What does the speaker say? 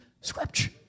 Scripture